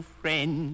friend